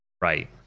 right